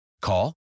Call